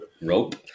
rope